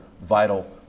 vital